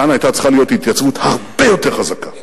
כאן היתה צריכה להיות התייצבות הרבה יותר חזקה.